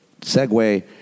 segue